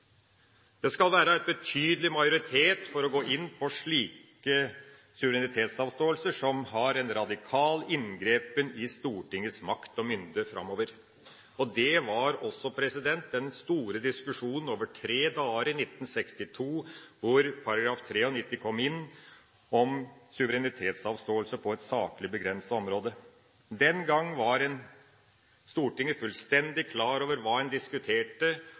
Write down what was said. Det skal være en betydelig majoritet for å gå inn på slike suverenitetsavståelser som er en radikal inngripen i Stortingets makt og myndighet framover. Det var også den store diskusjonen over tre dager i 1962, da § 93 kom inn om suverenitetsavståelse på et saklig begrenset område. Den gang var Stortinget fullstendig klar over hva en diskuterte,